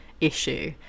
issue